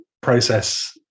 process